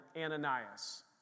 Ananias